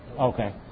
Okay